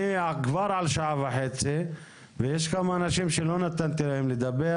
אני כבר על שעה וחצי ויש כמה אנשים שלא נתתי להם לדבר.